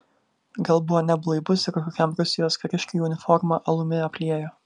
gal buvo neblaivūs ir kokiam rusijos kariškiui uniformą alumi apliejo